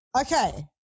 Okay